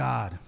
God